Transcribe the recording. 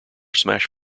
smash